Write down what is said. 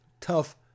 tough